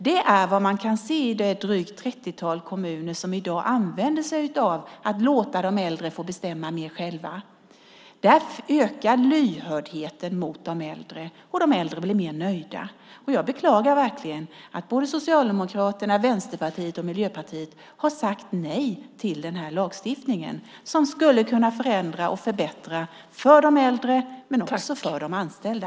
Detta är vad man kan se i det trettiotal kommuner som i dag låter de äldre bestämma mer själva. Där ökar lyhördheten mot de äldre, och de äldre blir mer nöjda. Jag beklagar verkligen att Socialdemokraterna, Vänsterpartiet och Miljöpartiet alla har sagt nej till den här lagstiftningen som skulle kunna förändra och förbättra för de äldre och också för de anställda.